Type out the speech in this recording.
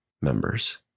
members